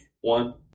one